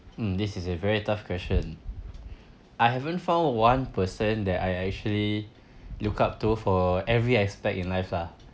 this is a very tough question I haven't found one person that I actually look up to for every aspect in life lah